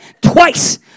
twice